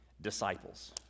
disciples